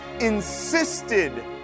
insisted